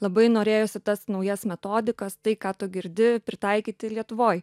labai norėjosi tas naujas metodikas tai ką tu girdi pritaikyti lietuvoj